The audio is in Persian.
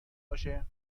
باشه